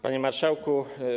Panie Marszałku!